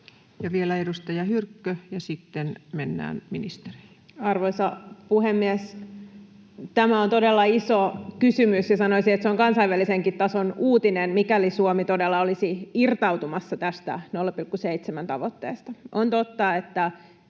Vielä edustaja Hyrkkö, ja sitten mennään ministereihin. Arvoisa puhemies! Tämä on todella iso kysymys, ja sanoisin, että se on kansainvälisenkin tason uutinen, mikäli Suomi todella olisi irtautumassa tästä 0,7:n tavoitteesta. On totta, että